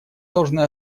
должны